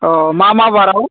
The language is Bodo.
अ मा मा बारआव